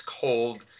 cold